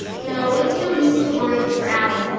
no, it's no use to worry mr. allan,